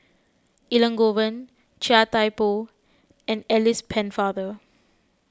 Elangovan Chia Thye Poh and Alice Pennefather